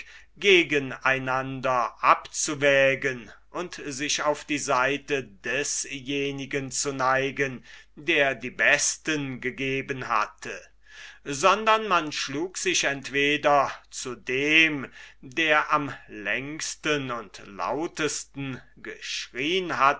gegen einander abzuwägen und sich auf die seite desjenigen zu neigen der die besten gegeben hatte sondern man schlug sich entweder zu dem der am längsten und lautsten geschrien